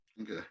Okay